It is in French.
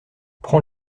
prends